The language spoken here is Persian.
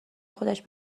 خودش